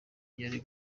yari